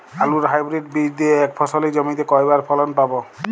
আলুর হাইব্রিড বীজ দিয়ে এক ফসলী জমিতে কয়বার ফলন পাব?